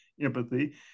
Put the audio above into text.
empathy